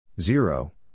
Zero